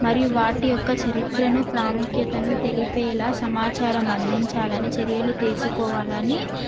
మరియు వాటి యొక్క చరిత్రను ప్రాముఖ్యతను తెలిపేలాగ సమాచారం అందించాలి అని చర్యలు తీసుకోవాలి అని